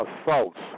assaults